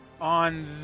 on